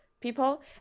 people